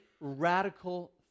radical